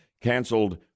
canceled